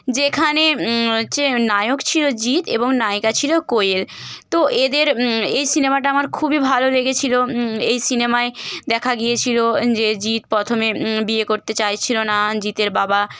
যেখানে হচ্ছে নায়ক ছিলো জিৎ এবং নায়িকা ছিলো কোয়েল তো এদের এই সিনেমাটা আমার খুবই ভালো লেগেছিলো এই সিনেমায় দেখা গিয়েছিলো যে জিৎ প্রথমে বিয়ে করতে চাইছিলো না জিতের বাবা